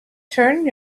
turn